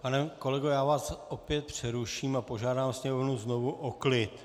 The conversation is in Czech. Pane kolego, já vás opět přeruším a požádám sněmovnu znovu o klid.